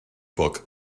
book